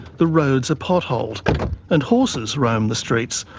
the roads are potholed and horses roam the streets,